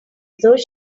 though